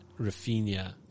Rafinha